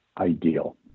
ideal